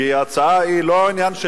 כי ההצעה היא לא עניין של